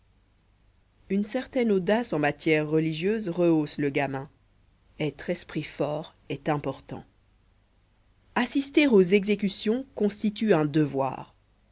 une certaine audace en matière religieuse rehausse le gamin être esprit fort est important assister aux exécutions constitue un devoir